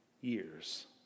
years